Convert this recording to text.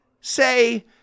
say